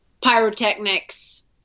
pyrotechnics